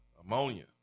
ammonia